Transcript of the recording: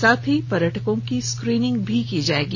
साथ ही पर्यटकों की स्क्रीनिंग की जाएगी